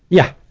yeah,